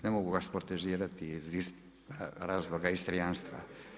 Ne mogu vas protežirati iz razloga istrijanstva.